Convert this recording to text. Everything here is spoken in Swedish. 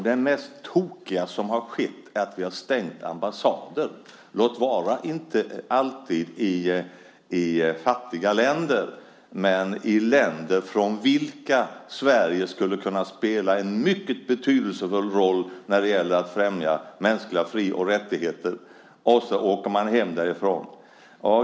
Det mest tokiga som har skett är att vi har stängt ambassaden, låt vara inte alltid i fattiga länder, men i länder där Sverige skulle kunna spela en mycket betydelsefull roll när det gäller att främja mänskliga fri och rättigheter. I stället åker man hem därifrån.